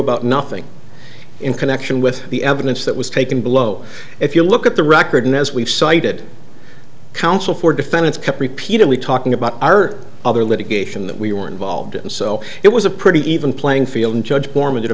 about nothing in connection with the evidence that was taken below if you look at the record and as we've cited counsel for defendants kept repeatedly talking about our other litigation that we were involved and so it was a pretty even playing field and judge bormann did a